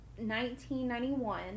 1991